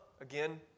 again